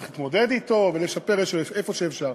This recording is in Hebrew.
צריך להתמודד אתו ולשפר איפה שאפשר.